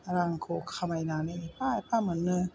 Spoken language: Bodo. रांखौ खामायनानै एफा एफा मोनो